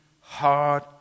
hard